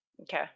okay